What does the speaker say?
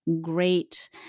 great